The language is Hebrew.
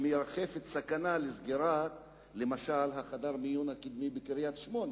שיש סכנה של סגירת חדר המיון הקדמי בקריית-שמונה,